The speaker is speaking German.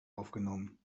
aufgenommen